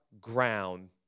ground